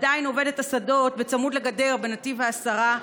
עדיין עובד את השדות בצמוד לגדר בנתיב העשרה,